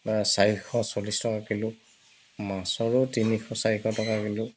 চাৰিশ চল্লিছ টকা কিলো মাছৰো তিনিশ চাৰিশ টকা কিলো